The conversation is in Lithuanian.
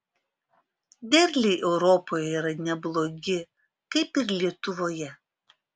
derliai europoje yra neblogi kaip ir lietuvoje